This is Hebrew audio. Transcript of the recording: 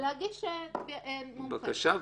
אחרי שכבר מונה מומחה בית משפט שחיווה את דעתו.